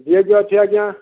D A P ଅଛି ଆଜ୍ଞା